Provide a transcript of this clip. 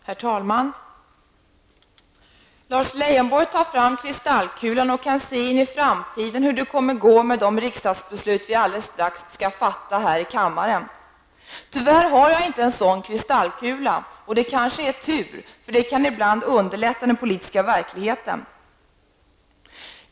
Herr talman! Lars Leijonborg tar fram kristallkulan och kan se in i framtiden hur det kommer att gå med de riksdagsbeslut vi alldeles strax skall fatta här i kammaren. Tyvärr har jag inte någon sådan kristallkula. Det kanske är tur, för det kan ibland underlätta den politiska verkligheten.